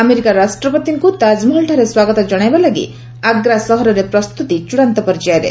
America ରାଷ୍ଟ୍ରପତିଙ୍କୁ ତାଜମହଲଠାରେ ସ୍ୱାଗତ ଜଶାଇବା ଲାଗି ଆଗ୍ରା ସହରରେ ପ୍ରସ୍ତୁତି ଚୂଡ଼ାନ୍ତ ପର୍ଯ୍ୟାୟରେ